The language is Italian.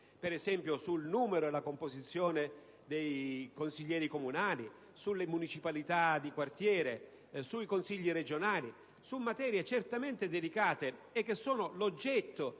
per esempio sul numero e la composizione dei consiglieri comunali, sulle municipalità di quartiere, sui consigli regionali: questioni certamente delicate, che sono l'oggetto